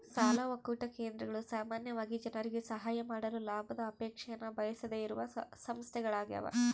ಸಾಲ ಒಕ್ಕೂಟ ಕೇಂದ್ರಗಳು ಸಾಮಾನ್ಯವಾಗಿ ಜನರಿಗೆ ಸಹಾಯ ಮಾಡಲು ಲಾಭದ ಅಪೇಕ್ಷೆನ ಬಯಸದೆಯಿರುವ ಸಂಸ್ಥೆಗಳ್ಯಾಗವ